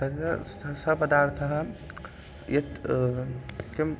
तदस्त सः सः पदार्थः यत् किम्